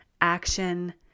action